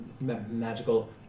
magical